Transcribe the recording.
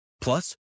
Plus